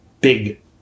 Big